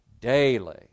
daily